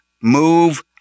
move